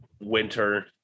winter